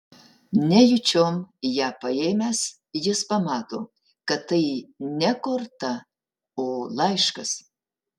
nejučiom ją paėmęs jis pamato kad tai ne korta o laiškas